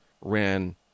Ran